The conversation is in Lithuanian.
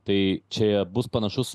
tai čia jie bus panašus